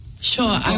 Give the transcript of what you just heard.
sure